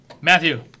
Matthew